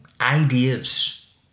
ideas